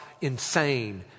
insane